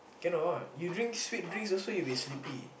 cannot you drink sweet drinks also you'll be sleepy